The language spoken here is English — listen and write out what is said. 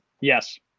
Yes